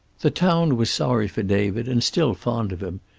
the town was sorry for david and still fond of him,